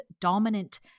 dominant